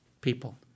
people